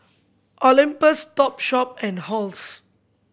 Olympus Topshop and Halls